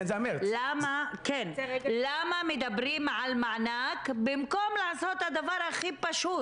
למה מדברים על מענק במקום לעשות את הדבר הכי פשוט